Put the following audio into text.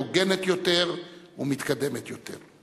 הוגנת יותר ומתקדמת יותר.